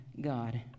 God